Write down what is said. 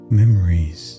memories